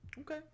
Okay